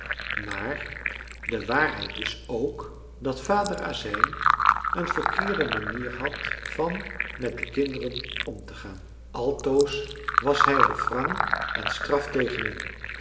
maar de waarheid is ook dat vader azijn een verkeerde manier had van met de kinderen om te gaan altoos was hij er wrang en straf tegen